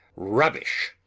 rubbish!